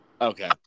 okay